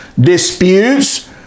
disputes